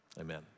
Amen